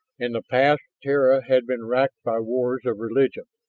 in the past terra had been racked by wars of religion,